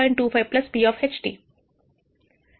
5